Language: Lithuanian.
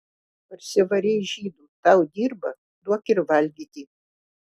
parsivarei žydų tau dirba duok ir valgyti